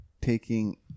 taking